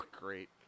great